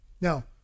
Now